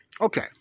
Okay